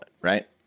right